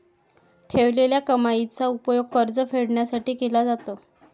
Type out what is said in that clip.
ठेवलेल्या कमाईचा उपयोग कर्ज फेडण्यासाठी केला जातो